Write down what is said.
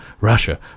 Russia